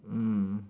mm